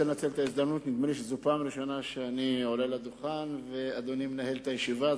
נדמה לי שזו הפעם הראשונה שאני עולה לדוכן ואדוני מנהל את הישיבה,